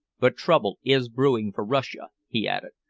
but trouble is brewing for russia, he added.